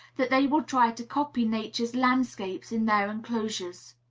that they will try to copy nature's landscapes in their enclosures.